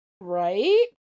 Right